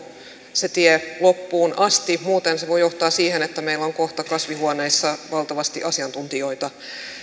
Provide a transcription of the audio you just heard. se tie loppuun asti muuten se voi johtaa siihen että meillä on kohta kasvihuoneissa valtavasti asiantuntijoita